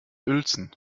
uelzen